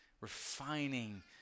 refining